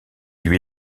lui